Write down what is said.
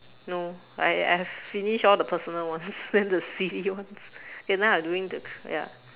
no I I've finished all the personal ones then the silly ones okay now I doing the ya